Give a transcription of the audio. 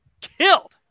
killed